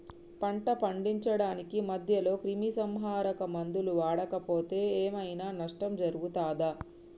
పంట పండించడానికి మధ్యలో క్రిమిసంహరక మందులు వాడకపోతే ఏం ఐనా నష్టం జరుగుతదా?